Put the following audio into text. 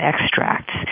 extracts